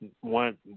one